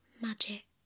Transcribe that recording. Magic